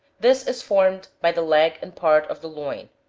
this is formed by the leg and part of the loin,